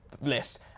list